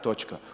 Točka.